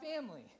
family